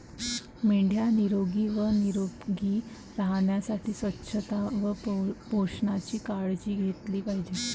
मेंढ्या निरोगी व निरोगी राहण्यासाठी स्वच्छता व पोषणाची काळजी घेतली पाहिजे